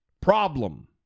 problem